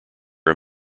are